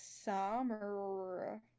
summer